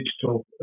Digital